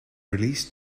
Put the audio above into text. released